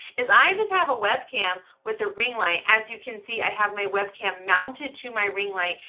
is i just have a webcam with the ring light. as you can see, i have my webcam mounted to my ring light,